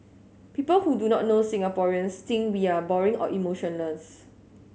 people who do not know Singaporeans think we are boring or emotionless